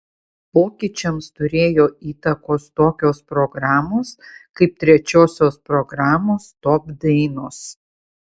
pokyčiams turėjo įtakos tokios programos kaip trečiosios programos top dainos